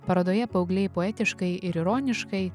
parodoje paaugliai poetiškai ir ironiškai